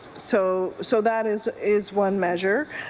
so so that is is one measure.